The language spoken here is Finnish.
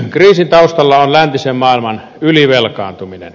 kriisin taustalla on läntisen maailman ylivelkaantuminen